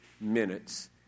minutes